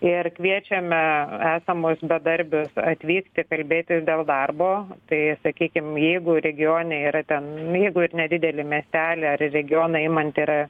ir kviečiame esamus bedarbius atvykti kalbėtis dėl darbo tai sakykim jeigu regione yra ten jeigu ir nedidelį miestelį ar regioną imant ir